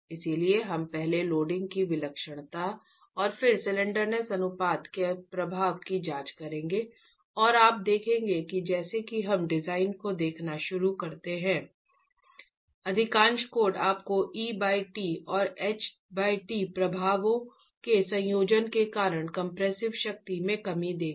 इसलिए हम पहले लोडिंग की विलक्षणता और फिर स्लैंडरनेस अनुपात के प्रभाव की जांच करेंगे और आप देखेंगे कि जैसे ही हम डिजाइन को देखना शुरू करते हैं अधिकांश कोड आपको ईटी और एचटी प्रभावों के संयोजन के कारण कंप्रेसिव शक्ति में कमी देंगे